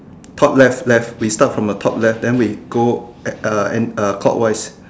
top left left we start from the top left then we go at uh and uh clockwise